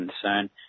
concern